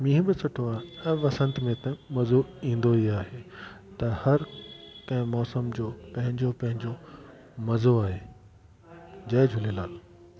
मींहं बि सुठो आहे ऐं वसंत में त मज़ो ईंदो ई आहे त हर कंहिं मौसम जो पंहिंजो पंहिंजो मज़ो आहे जय झूलेलाल